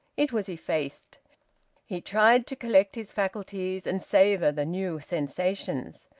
it was effaced. he tried to collect his faculties and savour the new sensations.